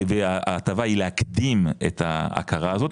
וההטבה היא להקדים את ההכרה הזאת,